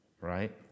right